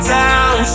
down